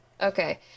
Okay